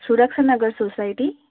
Surakshanagar society